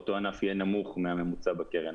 באותו ענף יהיה נמוך מהממוצע בקרן.